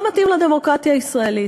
לא מתאים לדמוקרטיה הישראלית.